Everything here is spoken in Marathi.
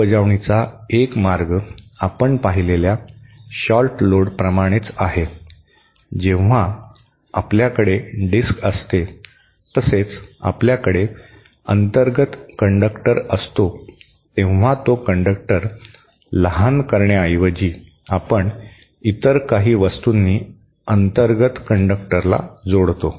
अंमलबजावणीचा एक मार्ग आपण पाहिलेल्या शॉर्ट लोड प्रमाणेच आहे जेव्हा आपल्याकडे डिस्क असते तसेच आपल्याकडे अंतर्गत कंडक्टर असतो तेव्हा तो कंडक्टर लहान करण्याऐवजी आपण इतर काही वस्तूंनी अंतर्गत कंडक्टरला जोडतो